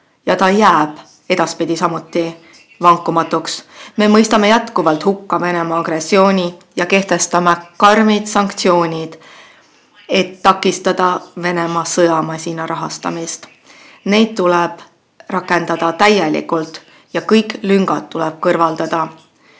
ja jääb ka edaspidi vankumatuks. Me mõistame jätkuvalt hukka Venemaa agressiooni ja kehtestame karme sanktsioone, et takistada Venemaa sõjamasina rahastamist. Neid tuleb rakendada täielikult ja kõik lüngad tuleb täita.